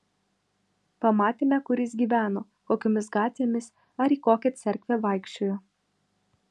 pamatėme kur jis gyveno kokiomis gatvėmis ar į kokią cerkvę vaikščiojo